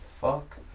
Fuck